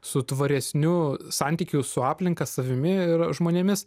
su tvaresniu santykiu su aplinka savimi ir žmonėmis